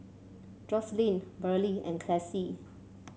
Joselyn Burley and Classie